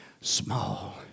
small